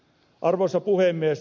arvoisa puhemies